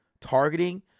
targeting